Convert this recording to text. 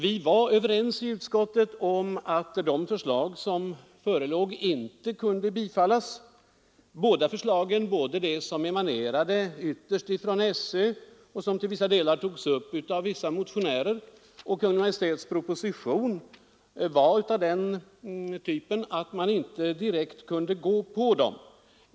Vi var i utskottet överens om att de förslag som förelåg inte kunde tillstyrkas. Både det förslag som ytterst emanerade från skolöverstyrelsen — och som till vissa delar togs upp av några motionärer — och Kungl. Maj:ts proposition var av den typen att man inte kunde biträda dem direkt.